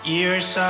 Years